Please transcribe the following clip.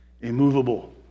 immovable